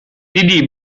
دیدی